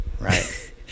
right